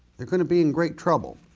they're gonna be in great trouble.